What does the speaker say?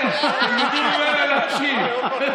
כן, שילמדו ממנה להקשיב.